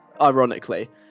Ironically